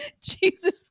Jesus